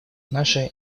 наша